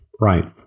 right